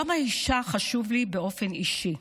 יום האישה חשוב לי באופן אישי.